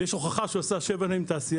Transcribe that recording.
ויש הוכחה שהוא עשה שבע שנים תעשייה,